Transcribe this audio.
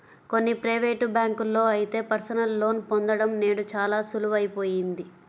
కొన్ని ప్రైవేటు బ్యాంకుల్లో అయితే పర్సనల్ లోన్ పొందడం నేడు చాలా సులువయిపోయింది